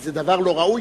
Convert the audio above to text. כי זה דבר לא ראוי,